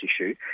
issue